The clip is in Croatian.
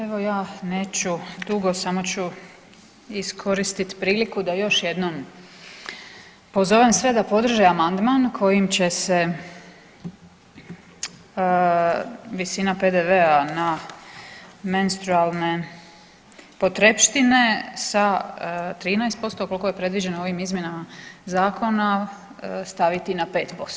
Evo ja neću dugo samo ću iskoristit priliku da još jednom pozovem sve da podrže amandman kojim će se visina PDV-a na menstrualne potrepštine sa 13% koliko je predviđeno ovim izmjenama zakona staviti na 5%